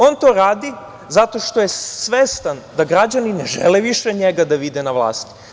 On to radi zato što je svestan da građani ne žele više njega da vide na vlasti.